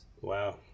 Wow